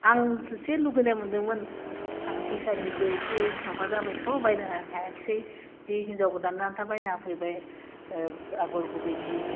आं थोसे लुगैनाय मोनदोंमोन थाखा फैसानिबो एसे माबा जाबायथ' बायनो हा हायासै बि हिन्जाव गोदाननो आनथा बायना होफैबाय आगर गुबैनि